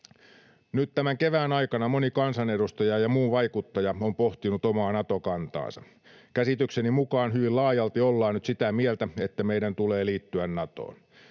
Nyt tämän kevään aikana moni kansanedustaja ja muu vaikuttaja on pohtinut omaa Nato-kantaansa. Käsitykseni mukaan hyvin laajalti ollaan nyt sitä mieltä, että meidän tulee liittyä Natoon.